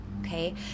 okay